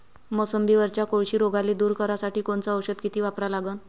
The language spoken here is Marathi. मोसंबीवरच्या कोळशी रोगाले दूर करासाठी कोनचं औषध किती वापरा लागन?